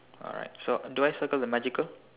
alright so do I circle the magical